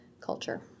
culture